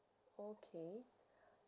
okay